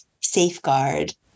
safeguard